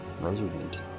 Resident